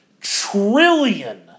trillion